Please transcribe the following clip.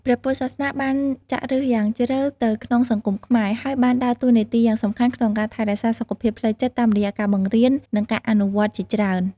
ព្រះពុទ្ធសាសនាបានចាក់ឫសយ៉ាងជ្រៅទៅក្នុងសង្គមខ្មែរ ហើយបានដើរតួនាទីយ៉ាងសំខាន់ក្នុងការថែរក្សាសុខភាពផ្លូវចិត្តតាមរយៈការបង្រៀន និងការអនុវត្តន៍ជាច្រើន។